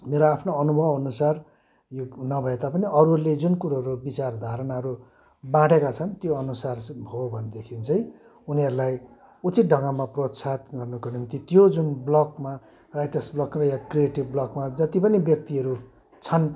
मेरो आफ्नो अनुभवअनुसार यो नभए तापनि अरूहरूले जुन कुरोहरू विचार धारणाहरू बाँढेका छन् त्यो अनुसार हो भनेदेखि चाहिँ उनीहरूलाई उचित ढङ्गमा प्रोत्साहन गर्नुको निम्ति त्यो जुन ब्लकमा राइटर्स ब्लक या क्रिएटिभ ब्लकमा जति पनि व्यक्तिहरू छन्